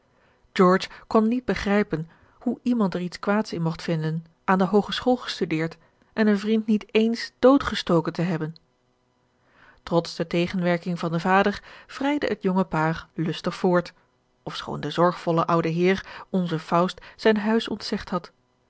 kon niet begrijpen hoe iemand er iets kwaads in mogt vinden aan de hoogeschool gestudeerd en een vriend niet ééns doodgestoken te hebben trots de tegenwerking van den vader vrijde het jonge paar lustig voort ofschoon de zorgvolle oude heer onzen faust zijn huis ontzegd had